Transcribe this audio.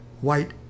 white